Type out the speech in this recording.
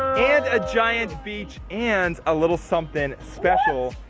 and a giant beach. and a little something special.